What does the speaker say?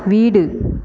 வீடு